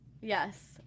Yes